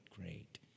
Great